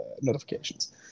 notifications